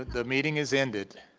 the meeting has ended.